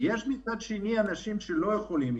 מצד שני יש אנשים שלא יכולים,